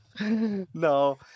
No